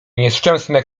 nieszczęsne